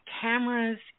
cameras